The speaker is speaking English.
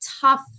tough